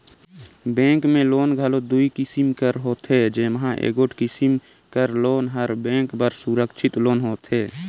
bank में loan घलो दुई किसिम कर होथे जेम्हां एगोट किसिम कर लोन हर बेंक बर सुरक्छित लोन होथे